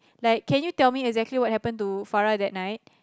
like can you tell me exactly what happened to Farah that night